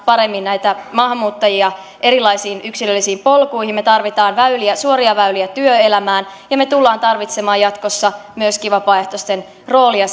paremmin näitä maahanmuuttajia erilaisiin yksilöllisiin polkuihin me tarvitsemme suoria väyliä työelämään ja me tulemme tarvitsemaan jatkossa myöskin vapaaehtoisten roolia